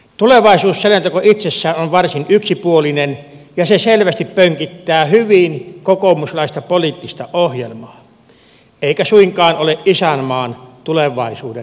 tulevaisuusselonteko itsessään on varsin yksipuolinen ja se selvästi pönkittää hyvin kokoomuslaista poliittista ohjelmaa eikä suinkaan ole isänmaan tulevaisuuden asialla